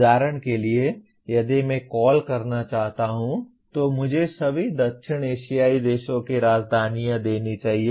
उदाहरण के लिए यदि मैं कॉल करना चाहता हूं तो मुझे सभी दक्षिण एशियाई देशों की राजधानियां देनी चाहिए